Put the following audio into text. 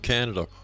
Canada